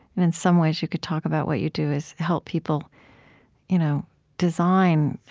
and in some ways, you could talk about what you do is help people you know design,